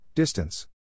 Distance